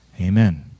Amen